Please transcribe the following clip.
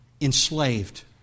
enslaved